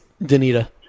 Danita